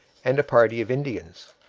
and a party of indians.